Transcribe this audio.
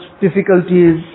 difficulties